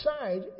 side